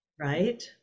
right